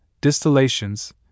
distillations